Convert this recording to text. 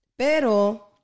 Pero